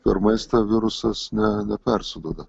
per maistą virusas ne nepersiduoda